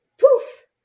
poof